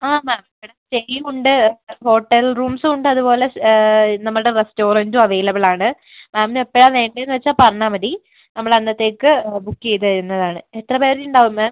ആ മാം ഇവിടെ സ്റ്റേയുമുണ്ട് ഹോട്ടൽ റൂംസുണ്ട് അതുപോലെ നമ്മുടെ റെസ്റ്റോറൻറ്റും അവൈലബിളാണ് മാമിന് എപ്പോഴാണ് വെണ്ടതെന്ന് വെച്ചാൽ പറഞ്ഞാൽ മതി നമ്മളന്നത്തേക്ക് ബുക്ക് ചെയ്ത് തരുന്നതാണ് എത്ര പേരുണ്ടാകും മാം